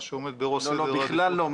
מה שעומד בראש סדר העדיפות --- לא, בכלל לא.